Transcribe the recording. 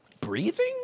Breathing